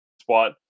spot